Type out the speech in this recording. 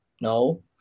no